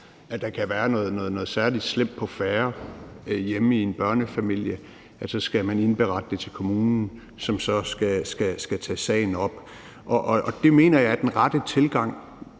at der kan være noget særlig slemt på færde hjemme i en børnefamilie, at indberette det til kommunen, som så skal tage sagen op. Det mener jeg er den rette tilgang